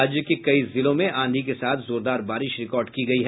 राज्य के कई जिलों में आंधी के साथ जोरदार बारिश रिकॉर्ड की गयी